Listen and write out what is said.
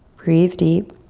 breathe deep.